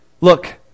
look